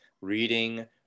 reading